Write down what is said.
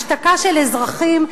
השתקה של אזרחים,